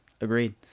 agreed